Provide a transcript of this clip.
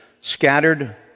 scattered